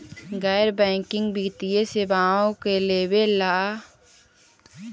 गैर बैंकिंग वित्तीय सेवाओं के लाभ लेवेला का पात्रता चाही?